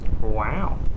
Wow